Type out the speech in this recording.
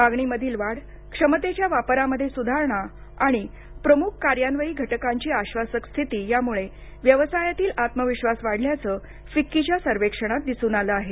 मागणीमधील वाढ क्षमतेच्या वापरामध्ये सुधारणा आणि प्रमुख कार्यान्वयन घटकांची आश्वासक स्थिती यामुळे व्यवसायातील आत्मविश्वास वाढल्याचं फिक्कीच्या सर्वेक्षणात दिसून आलं आहे